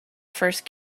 first